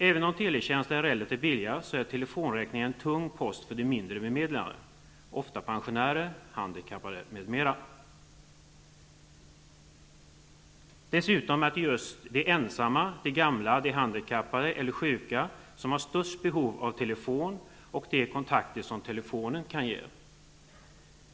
Även om teletjänster är relativt billiga är telefonräkningen en tung post för de mindre bemedlade -- ofta handlar det om t.ex. pensionärer eller handikappade. Dessutom är det ju just de ensamma, de gamla, de handikappade eller de sjuka som har det största behovet av en telefon och av de kontakter som telefonen kan ge.